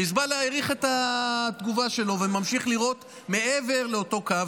חיזבאללה האריך את התגובה שלו וממשיך לירות מעבר לאותו קו.